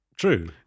true